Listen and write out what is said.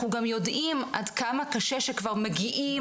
אנחנו גם יודעים עד כמה קשה כשכבר מגיעים